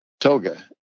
toga